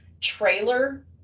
trailer